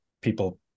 people